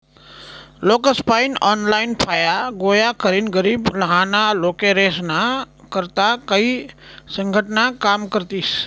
लोकेसपायीन ऑनलाईन फाया गोया करीन गरीब लहाना लेकरेस्ना करता काई संघटना काम करतीस